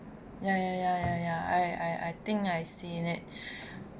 ya ya ya I think I see it